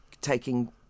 taking